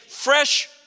Fresh